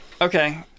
Okay